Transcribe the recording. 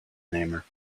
namer